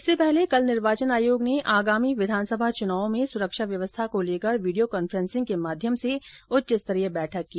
इससे पहले कल निर्वाचन आयोग ने आगामी विधानसभा चुनावों में सुरक्षा व्यवस्था को लेकर वीडियो कॉन्फ्रेंसिंग के माध्यम से उच्च स्तरीय बैठक की